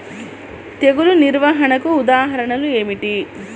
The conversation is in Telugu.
తెగులు నిర్వహణకు ఉదాహరణలు ఏమిటి?